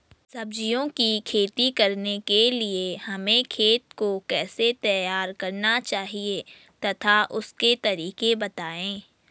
सब्जियों की खेती करने के लिए हमें खेत को कैसे तैयार करना चाहिए तथा उसके तरीके बताएं?